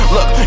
Look